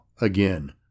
again